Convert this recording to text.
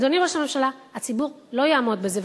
אדוני ראש הממשלה, הציבור לא יעמוד בזה.